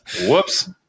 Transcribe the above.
whoops